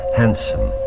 handsome